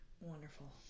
Wonderful